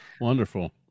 Wonderful